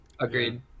agreed